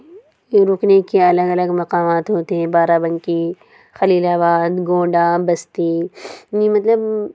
کہ رکنے کے الگ الگ مقامات ہوتے ہیں بارہ بنکی خلیل آباد گونڈہ بستی نہیں مطلب